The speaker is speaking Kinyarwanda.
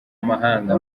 amahanga